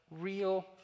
real